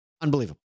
Unbelievable